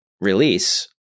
release